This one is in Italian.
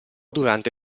durante